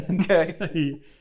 Okay